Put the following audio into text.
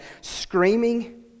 screaming